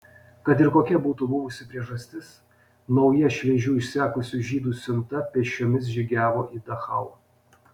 kad ir kokia būtų buvusi priežastis nauja šviežių išsekusių žydų siunta pėsčiomis žygiavo į dachau